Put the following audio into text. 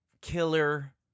killer